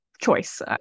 choice